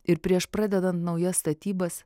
ir prieš pradedant naujas statybas